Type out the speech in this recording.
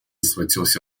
схватился